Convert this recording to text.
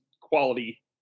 quality